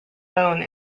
bone